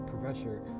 professor